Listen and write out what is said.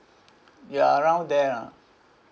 ya around there lah